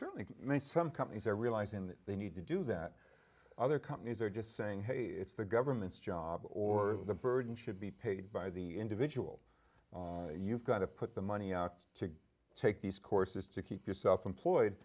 certainly maybe some companies are realizing that they need to do that other companies are just saying hey it's the government's job or the burden should be paid by the individual you've got to put the money out to take these courses to keep yourself employed